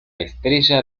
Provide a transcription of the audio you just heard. estrella